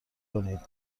کنید